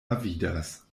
avidas